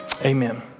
amen